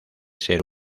ser